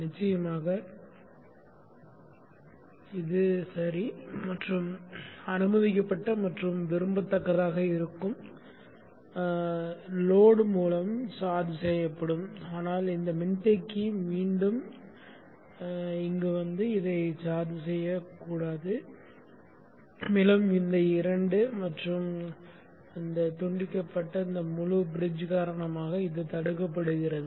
நிச்சயமாக இது சரி மற்றும் அனுமதிக்கப்பட்ட மற்றும் விரும்பத்தக்கதாக இருக்கும் சுமை மூலம் சார்ஜ் செய்யப்படும் ஆனால் இந்த மின்தேக்கி மீண்டும் வந்து இதை சார்ஜ் செய்யக்கூடாது மேலும் இந்த இரண்டு மற்றும் இந்த இரண்டு துண்டிக்கப்பட்ட முழு பிரிட்ஜ் காரணமாக இது தடுக்கப்படுகிறது